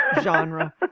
genre